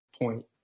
point